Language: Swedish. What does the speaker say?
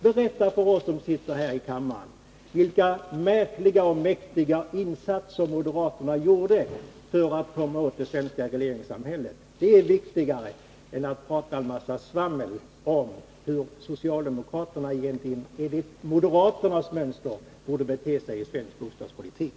Berätta för oss som sitter här i kammaren vilka märkliga och mäktiga insatser moderaterna gjorde för att komma åt det svenska regleringssamhället! Det är viktigare än att komma med en massa svammel om hur socialdemokraterna enligt moderaternas uppfattning borde bete sig i svensk bostadspolitik.